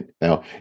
Now